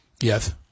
Yes